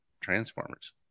Transformers